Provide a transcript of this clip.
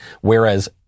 Whereas